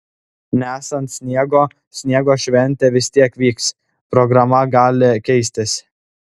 nesant sniego sniego šventė vis tiek vyks programa gali keistis